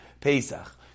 Pesach